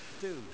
Dude